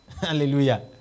Hallelujah